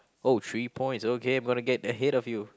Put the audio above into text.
oh three points okay I'm gonna get ahead of you